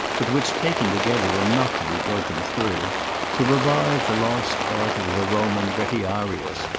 but which taken together were not to be broken through to revive the lost art of the roman retiarius,